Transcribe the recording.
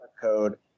code